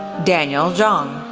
daniel zhang,